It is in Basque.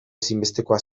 ezinbestekoa